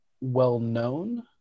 well-known